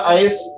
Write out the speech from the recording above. ice